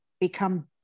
become